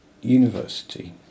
university